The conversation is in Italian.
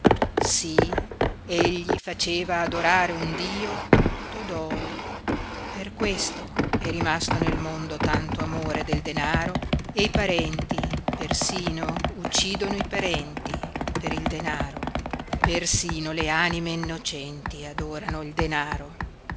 padrone sí egli faceva adorare un dio tutto d'oro per questo è rimasto nel mondo tanto amore del denaro e i parenti persino uccidono i parenti per il denaro persino le anime innocenti adorano il denaro